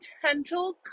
potential